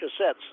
cassettes